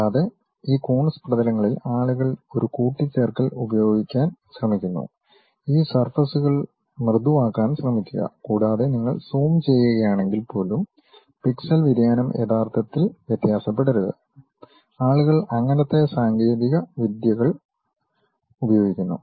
കൂടാതെ ഈ കൂൺസ് പ്രതലങ്ങളിൽ ആളുകൾ ഒരു കൂട്ടിചേർക്കൽ ഉപയോഗിക്കാൻ ശ്രമിക്കുന്നു ഈ സർഫസ്കൾ മൃദുവാക്കാൻ ശ്രമിക്കുക കൂടാതെ നിങ്ങൾ സൂം ചെയ്യുകയാണെങ്കിൽ പോലും പിക്സൽ വ്യതിയാനം യഥാർത്ഥത്തിൽ വ്യത്യാസപ്പെടരുത് ആളുകൾ അങ്ങനത്തെ സാങ്കേതിക വിദ്യകൾ ഉപയോഗിക്കുന്നു